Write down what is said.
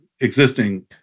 existing